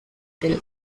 trial